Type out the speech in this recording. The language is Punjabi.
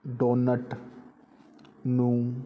ਡੋਨਟ ਨੂੰ